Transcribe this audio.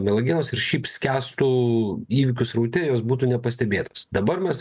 melagienos ir šiaip skęstų įvykių sraute jos būtų nepastebėtos dabar mes